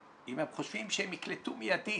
אם הם חושבים שהם יקלטו מיידית